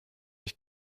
ich